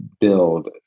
build